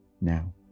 now